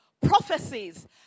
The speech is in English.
prophecies